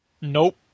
Nope